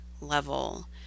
level